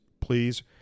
please